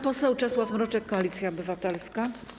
Pan poseł Czesław Mroczek, Koalicja Obywatelska.